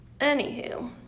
Anywho